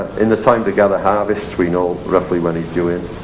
in a time to gather harvests we know roughly when he's due in,